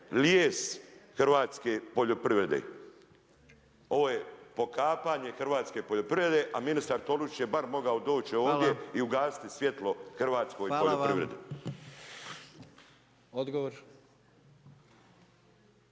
lijes hrvatske poljoprivrede. Ovo je pokapanje hrvatske poljoprivrede a ministar Tolušić je bar mogao doći ovdje i ugasiti svjetlo hrvatskoj poljoprivredi.